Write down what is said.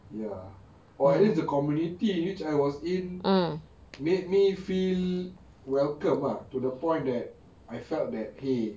ya or at least the community which I was in made me feel welcome ah to the point that I felt that !hey!